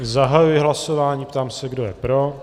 Zahajuji hlasování a ptám se, kdo je pro.